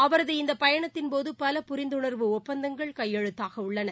அவரது இந்த பயணத்தின் போது பல புரிந்துணர்வு ஒப்பந்தங்கள் கையெழுத்தாக உள்ளன